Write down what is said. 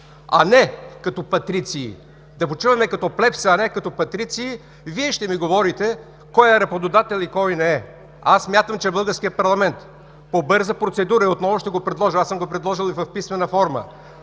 а не като патриции, да почиваме като плебс, а не като патриции, Вие ще ми говорите кой е работодател и кой не е!? Аз смятам, че българският парламент по бърза процедура и отново ще го предложа, аз съм го предложил и в писмена форма,